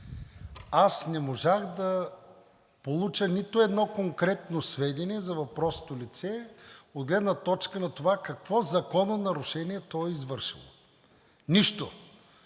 аз не можах да получа нито едно конкретно сведение за въпросното лице от гледна точка на това какво закононарушение той е извършил. Нищо!